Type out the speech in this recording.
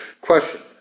Question